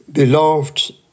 Beloved